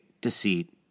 deceit